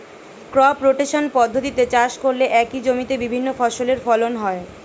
crop rotation পদ্ধতিতে চাষ করলে একই জমিতে বিভিন্ন ফসলের ফলন হয়